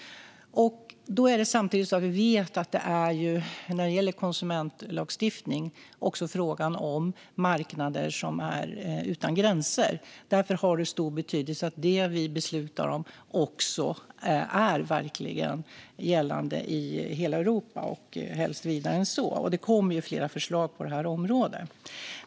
Samtidigt vet vi att när det gäller konsumentlagstiftning är det fråga om marknader utan gränser. Därför har det stor betydelse att det vi beslutar om också verkligen gäller i hela Europa och helst vidare än så. Det kommer flera förslag på området.